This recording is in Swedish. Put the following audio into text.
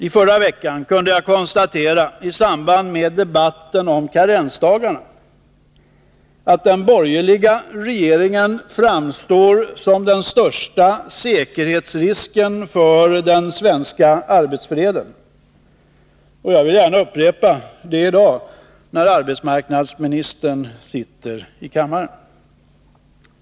I förra veckan kunde jag konstatera, i samband med debatten om karensdagarna, att den borgerliga regeringen framstår som den största säkerhetsrisken för den svenska arbetsfreden. Jag vill gärna upprepa det i dag, när arbetsmarknadsministern sitter i kammaren.